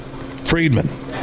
Friedman